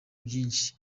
byinshi